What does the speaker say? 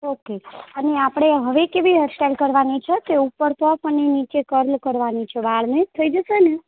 okay અને આપણે હવે કેવી હેરસ્ટાઈલ કરવાની છે કે ઉપર પફ અને નીચે કર્લ કરવાની છે વાળને થઇ જશે ને